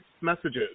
messages